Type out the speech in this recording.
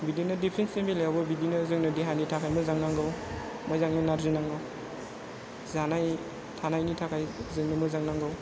बिदिनो दिफेन्सनि बेलायावबो बिदिनो जोंनो देहानि थाखाय मोजां नांगौ मोजां एनारजि नांगौ जानाय थानायनि थाखाय जोंनो मोजां नांगौ